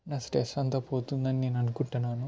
నా స్ట్రెస్ అంతా పోతుంది అని నేను అనుకుంటున్నాను